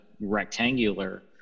rectangular